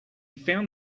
found